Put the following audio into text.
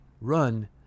run